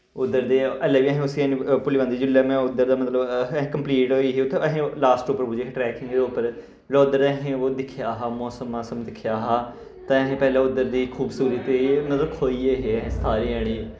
उध्दर दे आह्ले वी असीं उस्सी हैनी भुल्ली पांदे जिसलै में उद्दर दी मतलब असीं कम्पलीट होई ही उत्थें असीं लास्ट उप्पर पुज्जे हे ट्रैकिंग दे उप्पर ओ उद्दर दा असैं ओह् दिक्खेआ हा मौसम मासम दिक्खेआ हा ते असीं पैह्ले उद्दर दी खूबसूरती मतलब खोई गे हे असी सारे जनें